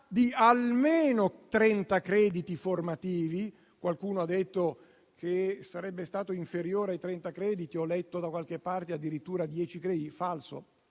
di almeno 30 crediti formativi. Qualcuno ha detto che sarebbe stato inferiore ai 30 crediti e da qualche parte ho addirittura letto 10 crediti. È falso,